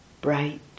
bright